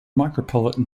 micropolitan